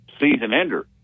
season-ender